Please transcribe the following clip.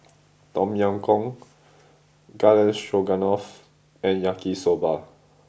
Tom Yam Goong Garden Stroganoff and Yaki soba